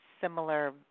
similar